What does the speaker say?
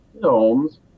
films